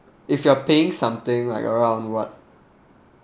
if you are paying something like around what